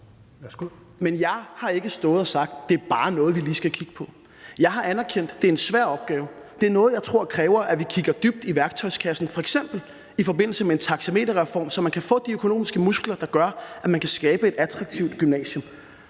(V): Jeg har ikke stået og sagt, at det er noget, vi bare lige skal kigge på. Jeg har anerkendt, at det er en svær opgave, det er noget, jeg tror kræver vi kigger dybt i værktøjskassen, f.eks. i forbindelse med en taxameterreform, så man kan få de økonomiske muskler, der gør, at man kan skabe et attraktivt gymnasium.